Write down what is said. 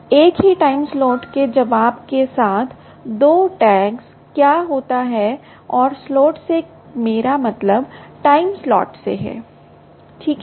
तो एक ही टाइम स्लॉट के जवाब के साथ 2 टैग्स क्या होता है और स्लॉट से मेरा मतलब टाइम स्लॉट है ठीक है